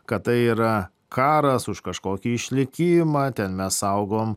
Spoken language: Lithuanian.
kad tai yra karas už kažkokį išlikimą ten mes saugom